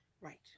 Right